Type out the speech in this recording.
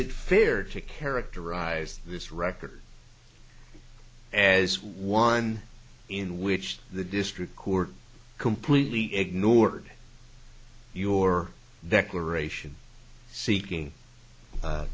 it fair to characterize this record as one in which the district court completely ignored your the curation seeking